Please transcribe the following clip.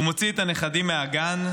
הוא מוציא את הנכדים מהגן,